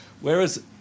whereas